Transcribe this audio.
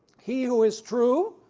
he who is true,